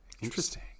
Interesting